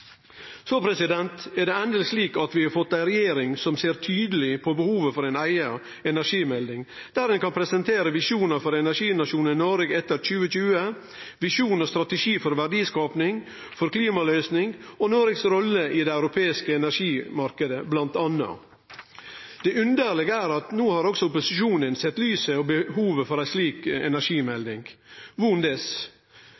Så er det endeleg slik at vi har fått ei regjering som tydeleg ser behovet for ei eiga energimelding, der ein kan presentere visjonar for energinasjonen Noreg etter 2020, visjon og strategi for verdiskaping, for klimaløysing og Noregs rolle i den europeiske energimarknaden, bl.a. Det underlege er at no har også opposisjonen sett lyset og behovet for ei slik